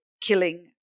killing